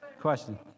question